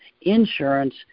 insurance